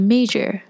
Major